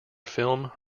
film